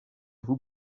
vous